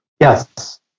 Yes